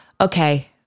Okay